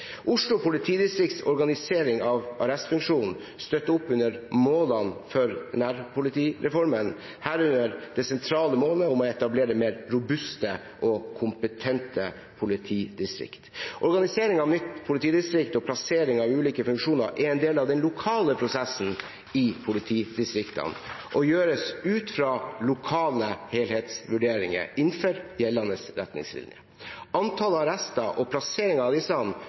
Oslo politidistrikts organisering av arrestfunksjonen støtter opp under målene for nærpolitireformen, herunder det sentrale målet om å etablere mer robuste og kompetente politidistrikt. Organiseringen av nytt politidistrikt og plasseringen av ulike funksjoner er en del av den lokale prosessen i politidistriktene og gjøres ut fra lokale helhetsvurderinger innenfor gjeldende retningslinjer. Antallet arrester og plasseringen av disse